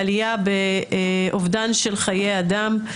לעלייה באובדן של חיי אדם.